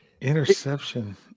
interception